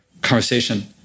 conversation